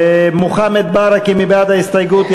מוחמד ברכה, מי בעד ההסתייגות?